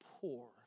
poor